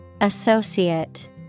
Associate